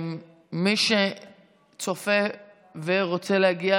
מי שצופה ורוצה להגיע